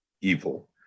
evil